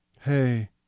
Hey